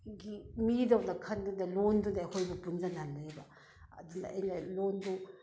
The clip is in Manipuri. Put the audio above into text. ꯒꯤ ꯃꯤꯗꯧꯅ ꯈꯟꯗꯨꯅ ꯂꯣꯟꯗꯨꯅ ꯑꯩꯈꯣꯏꯕꯨ ꯄꯨꯟꯖꯟꯅꯍꯜꯂꯦꯕ ꯑꯗꯨꯅ ꯑꯩꯅ ꯂꯣꯟꯕꯨ